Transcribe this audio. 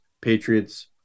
Patriots